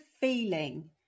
feeling